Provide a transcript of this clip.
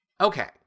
Okay